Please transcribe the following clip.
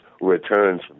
returns